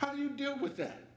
do you deal with that